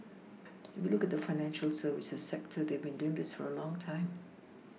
if you look at the financial services sector they have been doing this for a long time